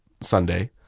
Sunday